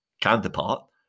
counterpart